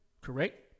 correct